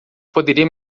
poderia